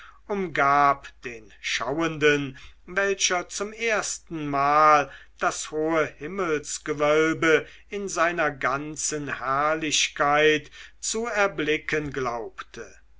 umgab den schauenden welcher zum erstenmale das hohe himmelsgewölbe in seiner ganzen herrlichkeit zu erblicken glaubte